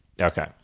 Okay